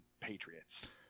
patriots